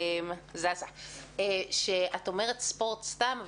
את אומרת ספורט סתם,